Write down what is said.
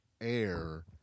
air